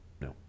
No